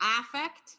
Affect